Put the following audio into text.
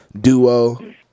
duo